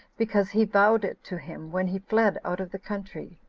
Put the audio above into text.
because he vowed it to him when he fled out of the country.